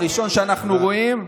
זה בהסכמים הקואליציוניים.